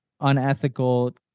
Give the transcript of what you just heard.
unethical